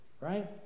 right